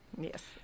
Yes